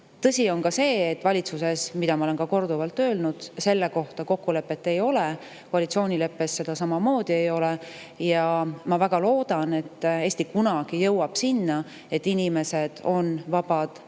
Tõsi on ka see, et valitsuses – ma olen seda korduvalt öelnud – selle kohta kokkulepet ei ole, koalitsioonileppes seda samamoodi ei ole. Ma väga loodan, et Eesti jõuab kunagi sinna, et inimesed on vabad enda